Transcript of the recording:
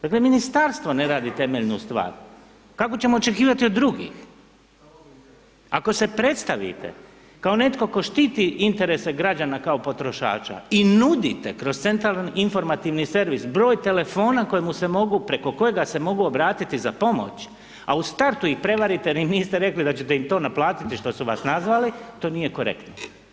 Dakle, ministarstvo ne radi temeljnu stvar, kako ćemo očekivati od drugih, ako predstavite kao netko tko štiti interese građana kao potrošača i nudite kroz centralni informativni servis broj telefona kojemu se mogu, preko kojega se mogu obratiti za pomoć, a u startu ih prevarite jer im niste rekli da ćete im to naplatiti što su vas nazvali, to nije korektno.